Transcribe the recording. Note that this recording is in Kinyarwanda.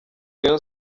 rayon